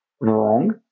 wrong